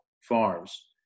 Farms